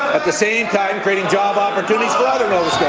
at the same time creating job opportunities for other nova